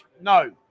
No